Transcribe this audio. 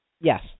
Yes